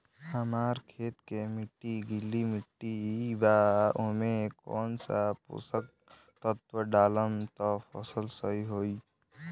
हमार खेत के माटी गीली मिट्टी बा ओमे कौन सा पोशक तत्व डालम त फसल सही होई?